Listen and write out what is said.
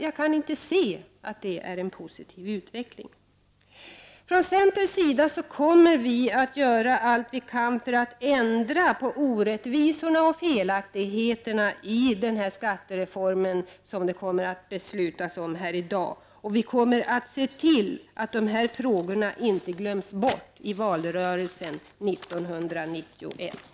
Jag kan inte se att det är en positiv utveckling. Från centerns sida kommer vi att göra allt vi kan för att ändra på orättvisorna och felaktigheterna i den skattereform som kommer att beslutas här i dag. Vi kommer att se till att dessa frågor inte glöms bort i valrörelsen 1991.